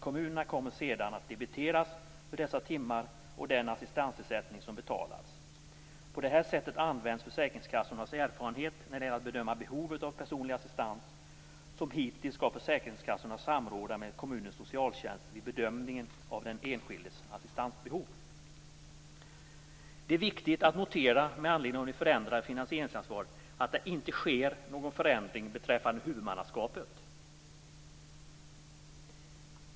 Kommunerna kommer sedan att debiteras för dessa timmar och den assistansersättning som har betalats. På detta sätt används försäkringskassornas erfarenhet när det gäller att bedöma behovet av personlig assistans. Som hittills skall försäkringskassorna samråda med kommunens socialtjänst vid bedömningen av den enskildes assistansbehov. Med anledning av det förändrade finansieringsansvaret är det viktigt att notera att det inte sker någon förändring beträffande huvudmannaskapet.